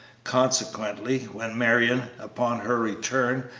consequently when marion, upon her return,